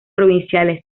provinciales